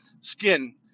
skin